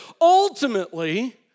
ultimately